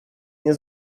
nie